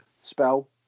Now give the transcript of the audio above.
spell